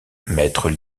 mètres